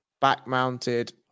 back-mounted